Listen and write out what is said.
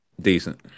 Decent